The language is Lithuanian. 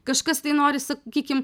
kažkas tai nori sakykim